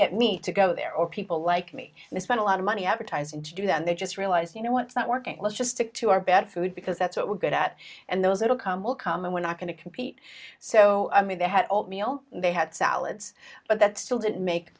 get me to go there or people like me and they spent a lot of money advertising to do that and they just realized you know what's not working let's just stick to our bad food because that's what we're good at and those little come will come and we're not going to compete so i mean they had old meal they had salads but that still didn't make